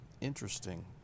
Interesting